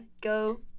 Go